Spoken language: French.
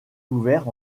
ouvert